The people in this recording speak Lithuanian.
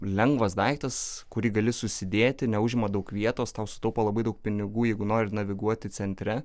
lengvas daiktas kurį gali susidėti neužima daug vietos tau sutaupo labai daug pinigų jeigu nori naviguoti centre